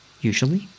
usually